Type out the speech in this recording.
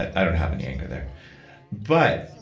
i don't have any anger there but